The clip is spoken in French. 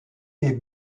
est